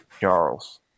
Charles